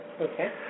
Okay